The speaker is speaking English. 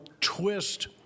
twist